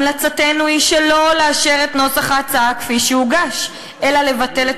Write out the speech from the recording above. המלצתנו היא שלא לאשר את נוסח ההצעה כפי שהוגש אלא לבטל את